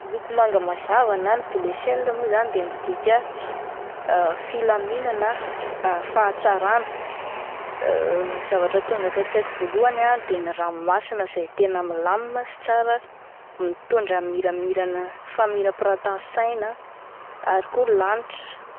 Ny loko manga mazava na ny bleu ciel mo zany de midika filaminana ah, fahatsarana, ny zavatra tonga ato an-tsaiko voalohany ah de ny ranomasina izay tena milamina sy tsara, mitondra miramira-famirampiaratan'ny saina ary koa lanitra.